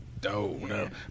Dope